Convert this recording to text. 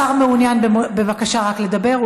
השר מעוניין בבקשה רק לדבר,